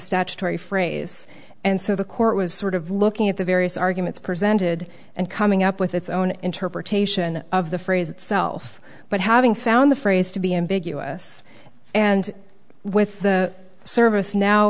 statutory phrase and so the court was sort of looking at the various arguments presented and coming up with its own interpretation of the phrase itself but having found the phrase to be ambiguous and with the service now